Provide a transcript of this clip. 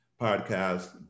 podcast